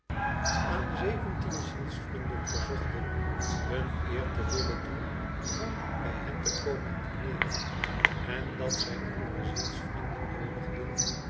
aan zeventien podsnapperu iis zklsvrienden verzochten hun de eer te willen doen van bij hen te komen dineeren en dat zij andere zielsvrienden noodigden